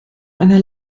einer